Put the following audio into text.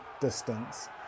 distance